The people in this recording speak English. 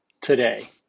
today